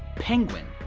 penguin,